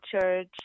Church